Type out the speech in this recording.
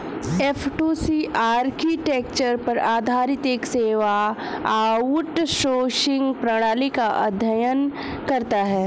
F two C architecture पर आधारित एक सेवा आउटसोर्सिंग प्रणाली का अध्ययन करता है